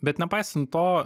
bet nepaisant to